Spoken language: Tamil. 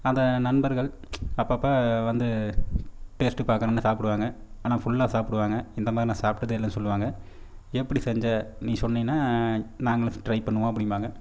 அதை நண்பர்கள் அப்பப்போ வந்து டேஸ்ட் பார்க்குறேன்னு சாப்பிடுவாங்க ஆனால் ஃபுல்லாக சாப்பிடுவாங்க இந்த மாதிரி நான் சாப்பிட்டதே இல்லைன்னு சொல்லுவாங்க எப்படி செஞ்ச நீ சொன்னீனால் நாங்களும் டிரை பண்ணுவோம் அப்படிம்பாங்க